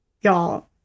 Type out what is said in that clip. Y'all